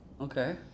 Okay